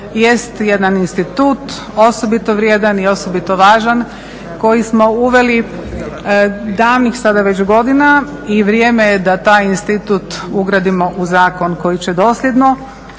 jest jedan institut osobito vrijedan i osobito važan koji smo uveli davnih sada već godina i vrijeme je da taj institut ugradimo u zakon koji će dosljedno